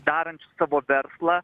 darančių savo verslą